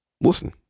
listen